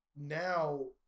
now